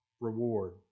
reward